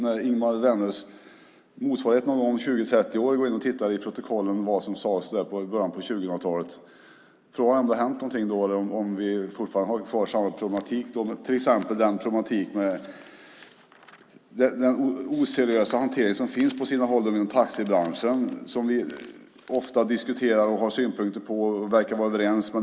När Ingemar Vänerlövs motsvarighet någon gång om 20-30 år tittar i protokollen på vad som sades i början av 2000-talet är frågan då om det har hänt någonting eller om vi fortfarande har kvar samma problematik. Det gäller till exempel den oseriösa hantering som finns på sina håll i taxibranschen, som vi ofta diskuterar och har synpunkter på och som vi verkar vara överens om.